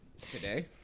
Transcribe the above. Today